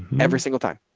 every single time.